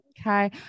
Okay